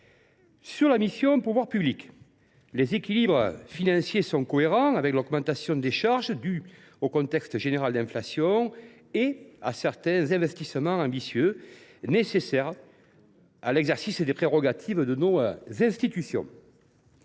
Dans la mission « Pouvoirs publics », les équilibres financiers sont cohérents avec l’augmentation des charges, due au contexte général d’inflation et à certains investissements ambitieux, nécessaires à l’exercice des prérogatives de nos institutions.